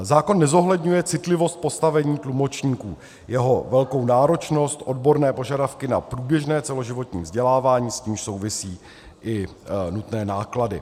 Zákon nezohledňuje citlivost postavení tlumočníků, jeho velkou náročnost, odborné požadavky na průběžné celoživotní vzdělávání, s nímž souvisí i nutné náklady.